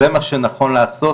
זה מה שנכון לעשות,